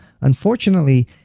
unfortunately